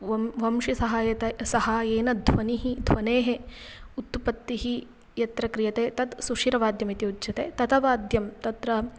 वं वंशि सहायता ए सहाय्येन ध्वनिः ध्वनेः उत्पत्तिः यत्र क्रियते तत् सुशिरवाद्यम् इति उच्यते ततवाद्यं तत्र